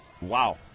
wow